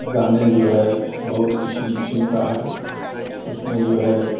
गाने जो हैं बहुत किसिम किसिम के हैं उसमें जो है